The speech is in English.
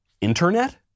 internet